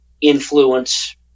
influence